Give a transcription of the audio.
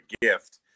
gift